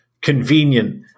convenient